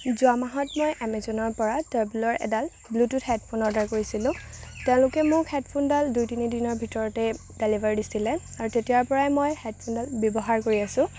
যোৱা মাহত মই এমাজনৰ পৰা এডাল ব্লুটুথ হেডফোনৰ অৰ্ডাৰ কৰিছিলোঁ তেওঁলোকে মোক হেডফোনডাল দুই তিনদিনৰ ভিতৰতে ডেলিভাৰ দিছিলে আৰু তেতিয়াৰ পৰাই মই হেডফোনডাল ব্যৱহাৰ কৰি আছোঁ